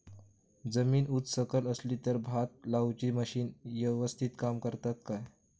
जमीन उच सकल असली तर भात लाऊची मशीना यवस्तीत काम करतत काय?